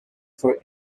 for